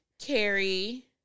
Carrie